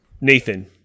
Nathan